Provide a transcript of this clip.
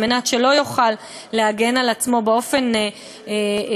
כדי שלא יוכל להגן על עצמו באופן שלפי